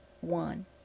one